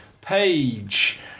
page